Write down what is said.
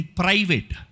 private